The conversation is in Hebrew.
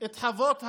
את חוות הבודדים,